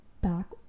back